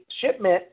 shipment